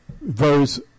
verse